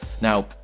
Now